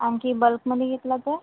आणखी बल्कमधे घेतला तर